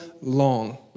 long